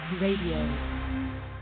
Radio